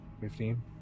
Fifteen